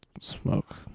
smoke